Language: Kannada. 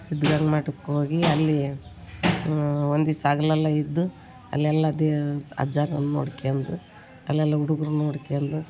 ಸಿದ್ಧಗಂಗ್ ಮಠಕ್ ಹೋಗಿ ಅಲ್ಲಿ ಒಂದು ದಿಸ ಹಗ್ಲ್ ಎಲ್ಲ ಇದ್ದು ಅಲ್ಲೆಲ್ಲ ದೇವ ಅಜ್ಜರನ್ನು ನೋಡ್ಕೊಂಡ್ ಅಲ್ಲೆಲ್ಲ ಹುಡುಗ್ರು ನೋಡ್ಕೊಂಡ್